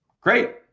Great